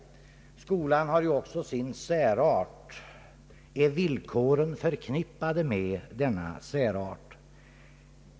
Skolan har också sin särart. är villkoren förknippade med denna särart?